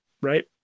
right